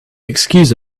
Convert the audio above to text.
excuse